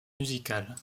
musicales